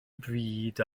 bryd